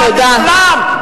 אבל לכולם,